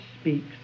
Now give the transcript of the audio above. speaks